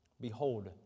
Behold